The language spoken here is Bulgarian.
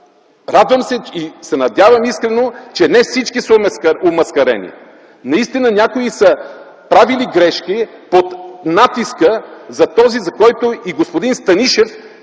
Надявам се искрено, че не всички са омаскарени. Наистина някои са правили грешки под натиска - този, за който и господин Станишев